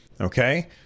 okay